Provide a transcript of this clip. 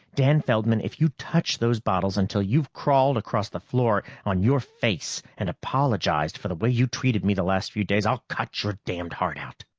dan feldman, if you touch those bottles until you've crawled across the floor on your face and apologized for the way you treated me the last few days, i'll cut your damned heart out.